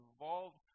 involved